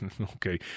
Okay